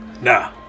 Nah